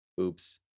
oops